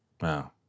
Wow